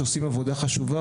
שעושים עבודה חשובה,